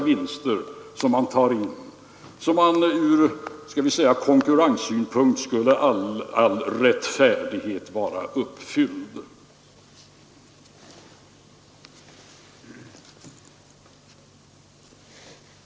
Ur vad man skulle kunna kalla konkurrenssynpunkt torde därmed all rättfärdighet vara uppfylld.